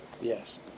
Yes